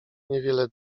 niewiele